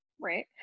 Right